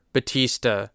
Batista